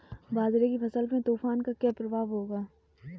बाजरे की फसल पर तूफान का क्या प्रभाव होगा?